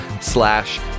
slash